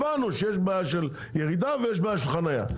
הבנו שיש בעיה של ירידה ויש בעיה של חנייה.